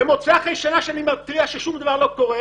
ומוצא אחרי שנה שאני מתריע ששום דבר לא קורה.